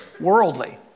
Worldly